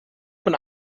von